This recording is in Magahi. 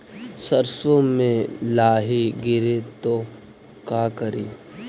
सरसो मे लाहि गिरे तो का करि?